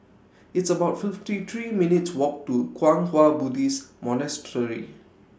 It's about fifty three minutes' Walk to Kwang Hua Buddhist Monastery